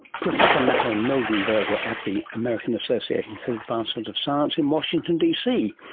professor matto mildenberger at the american association for the advancement of science in washington dc,